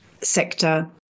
sector